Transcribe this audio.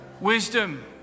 Wisdom